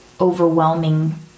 overwhelming